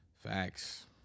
facts